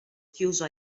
chiuso